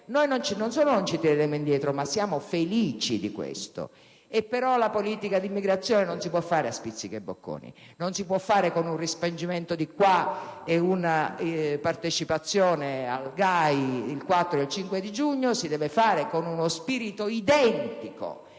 non solo noi non ci tireremo indietro, ma siamo felici di ciò. E però la politica dell'immigrazione non si può fare a spizzichi e bocconi, non si può fare con un respingimento di qua e una partecipazione al GAI il 4 e il 5 di giugno; si deve fare con uno spirito identico